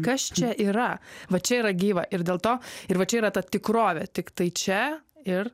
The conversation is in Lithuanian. kas čia yra va čia yra gyva ir dėl to ir va čia yra ta tikrovė tiktai čia ir